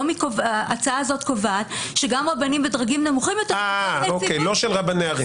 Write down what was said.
וההצעה הזאת קובעת שגם רבנים בדרגים נמוכים יותר --- לא של רבני ערים.